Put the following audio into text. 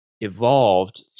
evolved